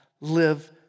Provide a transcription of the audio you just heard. live